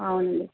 అవునండి